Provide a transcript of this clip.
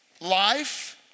life